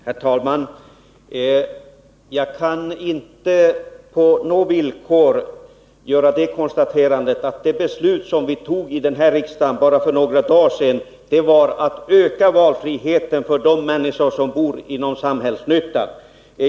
Herr talman! Jag kan inte på något villkor göra det konstaterandet att det beslut som vi fattade i riksdagen för bara några dagar sedan innebar en ökad valfrihet för de människor som bor i allmännyttans bostäder.